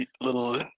little